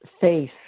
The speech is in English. face